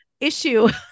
issue